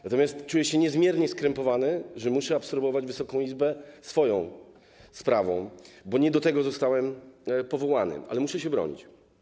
Natomiast czuję się niezmiernie skrępowany, że muszę absorbować Wysoką Izbę swoją sprawą, bo nie do tego zostałem powołany, ale muszę się bronić.